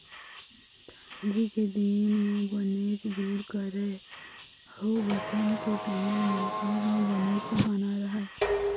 ठंडी के दिन म बनेच जूड़ करय अउ बसंत के समे मउसम ह बनेच सुहाना राहय